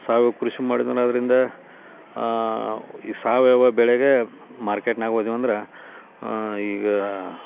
ಸಾವಯವ ಕೃಷಿ ಮಾಡಿದ್ರು ಅಂದ್ರೆ ಅದರಿಂದ ಈ ಸಾವಯವ ಬೆಳೆಗೆ ಮಾರ್ಕೆಟ್ನ್ಯಾಗೆ ಹೋದೀವ್ ಅಂದ್ರೆ ಈಗ